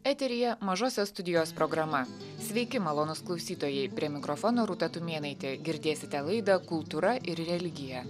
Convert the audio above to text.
eteryje mažosios studijos programa sveiki malonūs klausytojai prie mikrofono rūta tumėnaitė girdėsite laida kultūra ir religija